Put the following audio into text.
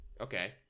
Okay